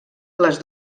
les